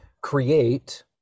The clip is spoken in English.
create